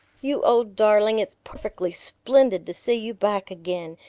you old darling, it's perfectly splendid to see you back again.